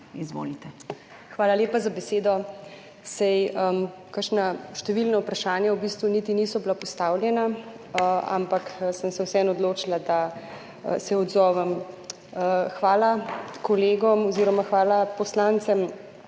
Hvala lepa za besedo. Kakšna številna vprašanja v bistvu niti niso bila postavljena, ampak sem se vseeno odločila, da se odzovem. Hvala kolegom oziroma hvala poslancem,